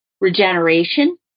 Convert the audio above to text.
regeneration